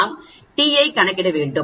நாம் t ஐ கணக்கிட வேண்டும்